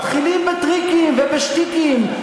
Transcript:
מתחילים בטריקים ובשטיקים,